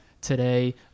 today